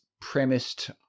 premised